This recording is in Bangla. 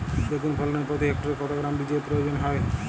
বেগুন ফলনে প্রতি হেক্টরে কত গ্রাম বীজের প্রয়োজন হয়?